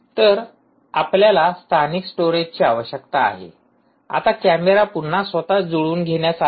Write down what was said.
तर आपल्याला स्थानिक स्टोरेजची आवश्यकता आहे आता कॅमेरा पुन्हा स्वतःस जुळवून घेण्यास आला आहे